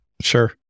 Sure